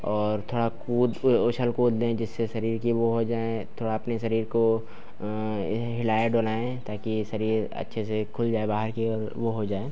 और थोड़ा कूद उछल कूद लें जिससे शरीर की वह हो जाए थोड़ा अपने शरीर को इहे हिलाए डुलाएँ ताकि यह शरीर अच्छे से खुल जाए बाहर की ओर वह हो जाए